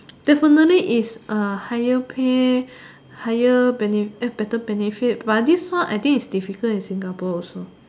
definitely is a higher pay higher bene~ eh better benefit but this one I think is difficult in Singapore also